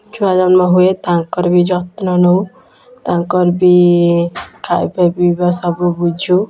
ଛୁଆ ଜନ୍ମ ହୁଏ ତାଙ୍କର ବି ଯତ୍ନ ନେଉ ତାଙ୍କର ବି ଖାଇବା ପିଇବା ସବୁ ବୁଝୁ